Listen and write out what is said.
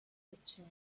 pitching